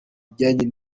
bijyanye